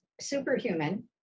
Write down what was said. superhuman